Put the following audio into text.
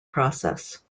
process